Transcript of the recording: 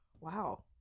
Wow